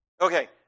Okay